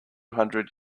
hundred